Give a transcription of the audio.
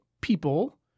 people